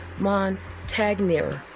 Montagnier